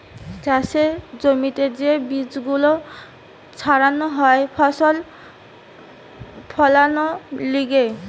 চাষের জমিতে যে বীজ গুলো ছাড়ানো হয় ফসল ফোলানোর লিগে